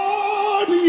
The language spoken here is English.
Lord